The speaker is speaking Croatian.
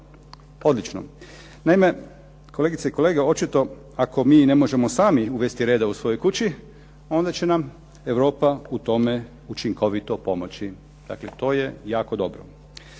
Odlično. Naime, kolegice i kolegice očito ako mi sami ne možemo uvesti reda u svojoj kući, onda će nam Europa u tome učinkovito pomoći. Dakle, to je jako dobro.